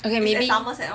okay maybe